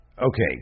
Okay